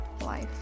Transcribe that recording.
Life